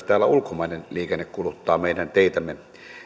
täällä myös ulkomainen liikenne kuluttaa meidän teitämme